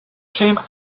came